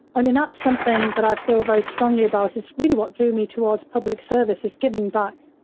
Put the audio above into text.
i mean, that's something that i feel very strongly about it's really what drew me towards public service is giving back.